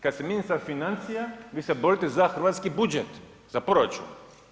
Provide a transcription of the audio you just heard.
Kada ste ministar financija vi se borite za hrvatski budžet, za proračun.